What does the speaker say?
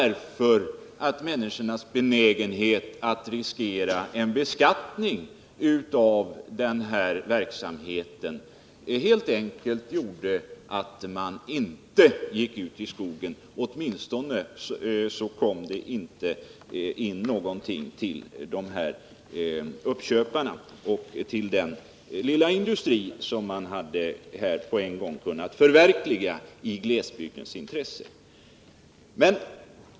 Risken för beskattning av denna verksamhet gjorde helt enkelt människorna obenägna att gå ut i skogen och plocka bär och svamp — åtminstone kom det inte in särskilt mycket till uppköparna.